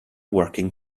working